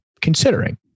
considering